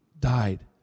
died